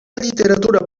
literatura